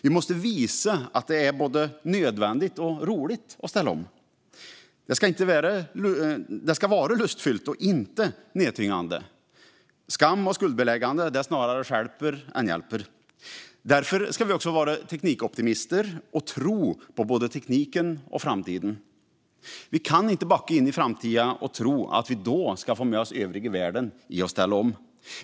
Vi måste visa att det är både nödvändigt och roligt att ställa om. Det ska vara lustfullt och inte nedtyngande. Skam och skuldbeläggande snarare stjälper än hjälper. Därför ska vi också vara teknikoptimister och tro på både tekniken och framtiden. Vi kan inte backa in i framtiden och tro att vi då ska få med oss övriga världen i att ställa om.